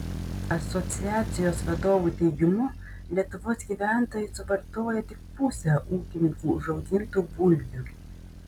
asociacijos vadovų teigimu lietuvos gyventojai suvartoja tik pusę ūkininkų užaugintų bulvių